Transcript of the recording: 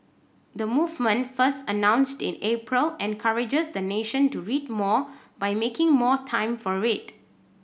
the movement first announced in April encourages the nation to read more by making more time for it